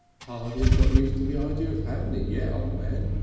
hardly got used to the idea of having it yet, o' man.